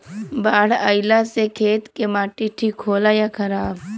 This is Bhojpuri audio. बाढ़ अईला से खेत के माटी ठीक होला या खराब?